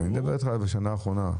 אני מדבר איתך על השנה האחרונה.